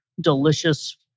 delicious